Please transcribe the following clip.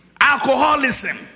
Alcoholism